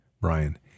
Brian